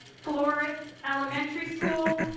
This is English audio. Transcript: floris elementary school.